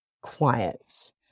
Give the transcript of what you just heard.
quiet